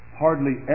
hardly